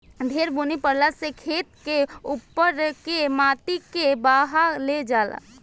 ढेर बुनी परला से खेत के उपर के माटी के बहा ले जाला